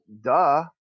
duh